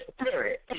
spirit